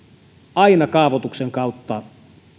aina kaavoituksen kautta